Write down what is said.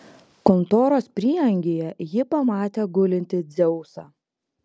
kontoros prieangyje ji pamatė gulintį dzeusą